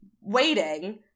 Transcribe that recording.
waiting